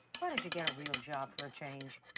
why don't you get a real job, for a change?